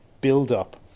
build-up